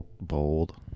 bold